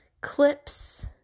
clips